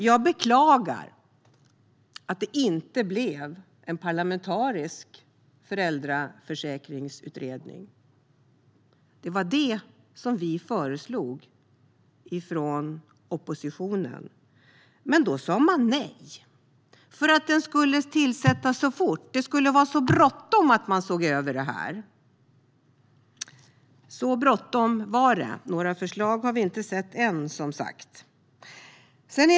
Jag beklagar att det inte blev en parlamentarisk föräldraförsäkringsutredning. Det var det vi föreslog från oppositionen. Men då sa man nej, för utredningen skulle tillsättas fort. Det var bråttom med att se över detta, hette det. Så här bråttom var det visst. Några förslag har vi som sagt inte sett ännu.